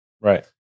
right